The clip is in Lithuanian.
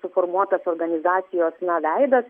suformuotas organizacijos na veidas